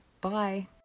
bye